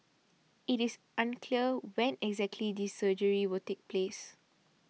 it is unclear when exactly this surgery will take place